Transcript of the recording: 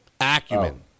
Acumen